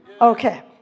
Okay